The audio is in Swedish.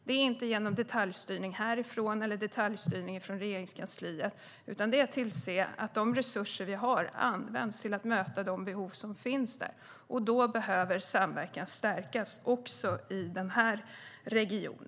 Det sker inte genom detaljstyrning härifrån eller från Regeringskansliet, utan genom att se till att de resurser vi har används till att möta de behov som finns. Då behöver samverkan stärkas också i denna region.